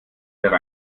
wäre